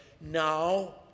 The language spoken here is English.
now